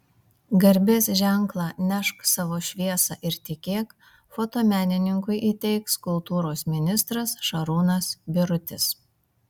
garbės ženklą nešk savo šviesą ir tikėk fotomenininkui įteiks kultūros ministras šarūnas birutis